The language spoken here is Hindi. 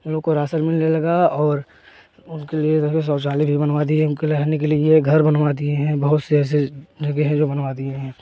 उन लोग को राशन मिलने लगा और उनके लिय घर में शौचालय भी बनवा दिए उनके रहने के लिए घर बनवा दिए है बहुत से ऐसे जगह है जो बनवा दिए हैं